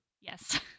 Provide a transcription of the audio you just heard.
Yes